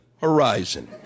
Horizon